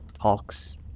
hawks